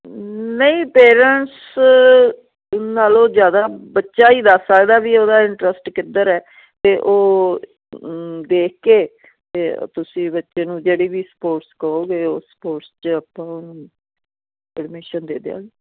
ਨਹੀਂ ਪੇਰੈਂਟਸ ਨਾਲੋਂ ਜ਼ਿਆਦਾ ਬੱਚਾ ਹੀ ਦੱਸ ਸਕਦਾ ਵੀ ਉਹਦਾ ਇੰਟਰਸਟ ਕਿੱਧਰ ਹੈ ਅਤੇ ਉਹ ਦੇਖਕੇ ਫਿਰ ਤੁਸੀਂ ਬੱਚੇ ਨੂੰ ਜਿਹੜੀ ਵੀ ਸਪੋਰਟਸ ਕਹੋਗੇ ਉਸ ਸਪੋਰਟਸ 'ਚ ਆਪਾਂ ਉਹਨੂੰ ਪਰਮੀਸ਼ਨ ਦੇ ਦਿਆਂਗੇ